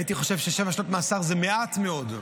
הייתי חושב ששבע שנות מאסר זה מעט מאוד.